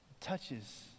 touches